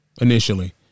Initially